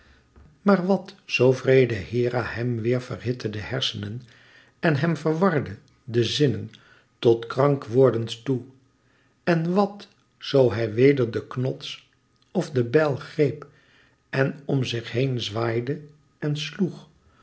maar wàt zoo wreede hera hem weêr verhitte de hersenen en hem verwarde de zinnen tot krank wordens toe en wàt zoo hij weder den knots of de bijl greep en om zich heen zwaaide en sloeg